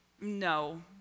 No